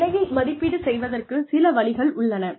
ஒருவரின் நிலையை மதிப்பீடு செய்வதற்கு சில வழிகள் உள்ளன